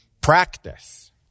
practice